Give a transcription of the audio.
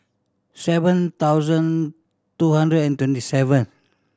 seven thousand two hundred and twenty seven